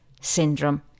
syndrome